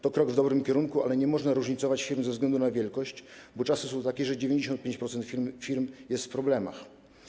To krok w dobrym kierunku, ale nie można różnicować firm ze względu na wielkość, bo czasy są takie, że 95% firm ma problemy.